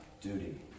duty